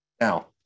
Now